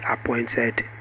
appointed